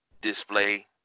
display